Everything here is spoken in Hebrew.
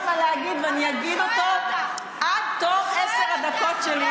יצא משהו טוב,